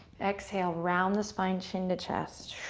exhale around the spine, chin to chest.